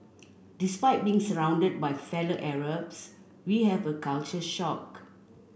despite being surrounded by fellow Arabs we had a culture shock